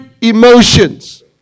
emotions